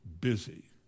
busy